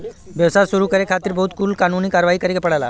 व्यवसाय शुरू करे खातिर बहुत कुल कानूनी कारवाही करे के पड़ेला